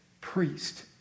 priest